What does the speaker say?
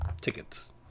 tickets